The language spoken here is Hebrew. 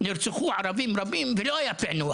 נרצחו ערבים רבים ולא היה פיענוח,